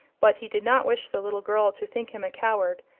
but he did not wish the little girl to think him a coward,